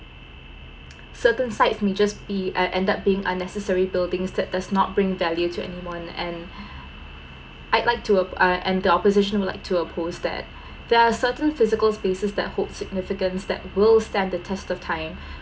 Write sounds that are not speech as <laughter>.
<noise> certain sites may just be en~ end up being unnecessary buildings that does not bring value to anyone and <breath> I'd like to uh and the opposition would like to oppose that they are certain physical spaces that hold significant that will stand the test of time <breath>